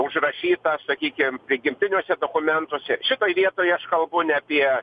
užrašyta sakykim prigimtiniuose dokumentuose šitoj vietoj aš kalbu ne apie